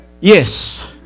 Yes